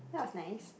that was nice